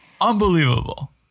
Unbelievable